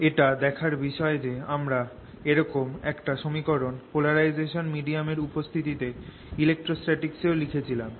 এটা দেখার বিষয় যে আমরা এরকম একটা সমীকরণ পোলারাইজেবল মিডিয়ামের উপস্থিতিতে ইলেক্ট্রোস্ট্যাটিক্সএ লিখেছিলাম